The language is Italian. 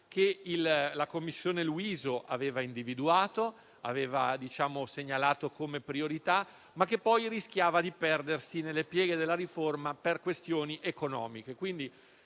che la commissione Luiso aveva segnalato come priorità, ma che rischiava di perdersi nelle pieghe della riforma per questioni economiche.